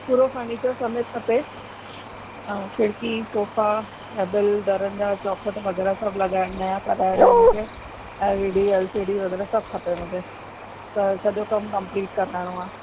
पूरो फर्नीचर समेत खपे खिड़की सोफ़ा डबल दरनि जा चौकठ वग़ैरह सभु लॻाइन नवां कराइणा आहिनि मूंखे ऐं एलडी एलसिडी वग़ैरह सभु खपे मूंखे त सॼो कमु कंप्लीट कराइणो आहे